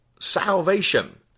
salvation